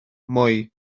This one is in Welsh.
moi